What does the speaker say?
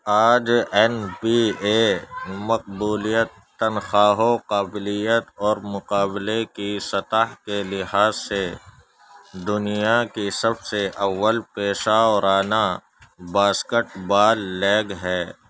are N B A مقبولیت تنخواہوں قابلیت اور مقابلے کی سطح کے لحاظ سے دنیا کی سب سے اول پیشہ ورانہ باسکٹ بال لیگ ہے